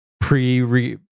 Pre